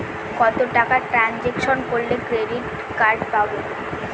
কত টাকা ট্রানজেকশন করলে ক্রেডিট কার্ড পাবো?